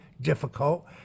difficult